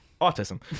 Autism